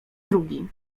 drugi